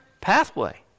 pathway